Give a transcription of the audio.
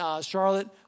Charlotte